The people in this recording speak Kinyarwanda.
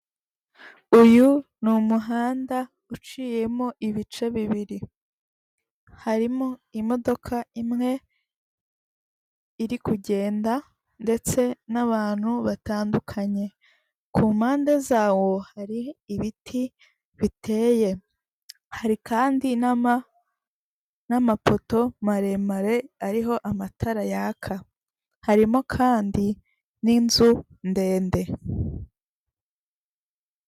Uyu ni umuhanda uciyemo ibice bibiri harimo imodoka imwe iri kugenda ndetse n'abantu batandukanye, ku mpande zawo hatri ibiti biteye hari kandi n'ama n'amapoto maremare ariho amatara yaka harimo kandi n'inzu ndende.